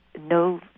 no